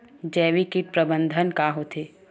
जैविक कीट प्रबंधन का होथे?